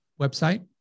website